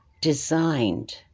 designed